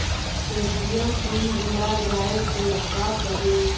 ATM pin भुला जाए तो का करी?